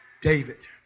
David